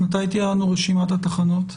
מתי תהיה רשימת התחנות?